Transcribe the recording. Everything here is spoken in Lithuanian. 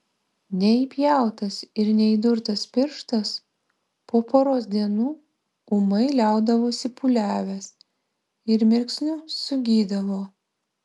neįpjautas ir neįdurtas pirštas po poros dienų ūmai liaudavosi pūliavęs ir mirksniu sugydavo